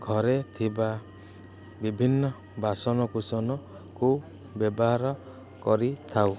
ଘରେ ଥିବା ବିଭିନ୍ନ ବାସନକୁସନକୁ ବ୍ୟବହାର କରିଥାଉ